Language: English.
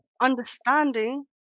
understanding